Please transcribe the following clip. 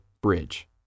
bridge